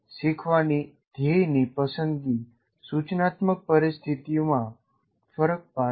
શીખવાની ધ્યેયની પસંદગી સૂચનાત્મક પરિસ્થિતિમાં ફરક પાડશે